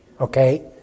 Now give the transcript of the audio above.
Okay